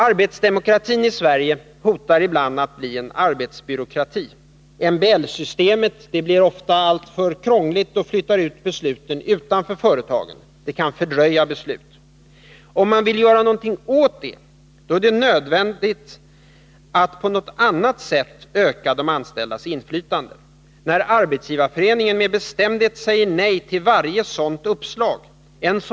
Arbetsdemokratin i Sverige hotar ibland att bli en arbetsbyråkrati. MBL-systemet blir ofta alltför krångligt, flyttar ut besluten utanför företagen och fördröjer besluten. Om man vill göra något åt det är det nödvändigt att på något annat sätt öka de anställdas inflytande. När Arbetsgivareföreningen med bestämhet säger nej till varje sådant förslag —t.o.m.